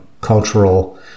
cultural